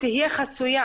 שתהיה חסויה,